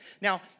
Now